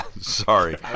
sorry